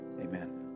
amen